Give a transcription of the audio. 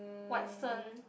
Watson